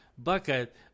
bucket